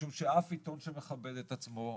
משום שאף עיתון שמכבד את עצמו,